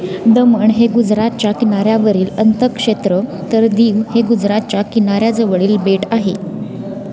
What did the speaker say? दमण हे गुजरातच्या किनाऱ्यावरील अंतक्षेत्र तर दीव हे गुजरातच्या किनाऱ्याजवळील बेट आहे